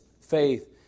faith